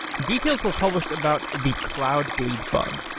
details were published about the cloudbleed bug,